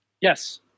Yes